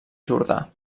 jordà